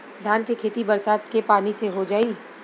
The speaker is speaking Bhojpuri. धान के खेती बरसात के पानी से हो जाई?